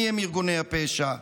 מיהם ארגוני הפשע,